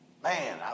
Man